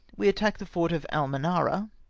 we attacked the fort of almanara,